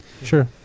Sure